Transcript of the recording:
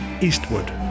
Eastwood